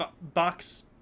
box